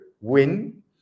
win